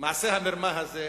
מעשה המרמה הזה,